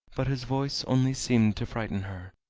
but his voice only seemed to frighten her.